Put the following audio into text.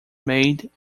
made